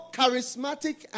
charismatic